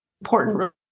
important